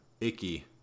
Icky